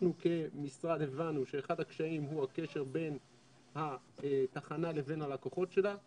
אנחנו כמשרד הבנו שאחד הקשיים הוא הקשר בין התחנה לבין הלקוחות שלה.